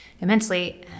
immensely